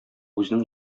үзенең